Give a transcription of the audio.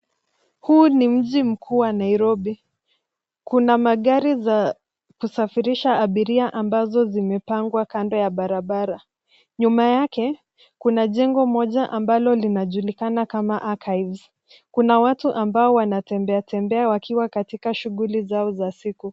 Huu ni mji mkuu wa Nairobi, kuna magari za kusafirisha abiria ambazo zimepangwa kando ya barabara. Nyuma yake kuna jengo moja ambalo linajulikana kama archives. Kuna watu ambao wanatembea tembea wakiwa katika shughuli zao za siku.